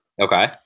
Okay